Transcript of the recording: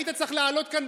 היית צריך לעלות לכאן,